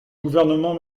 gouvernement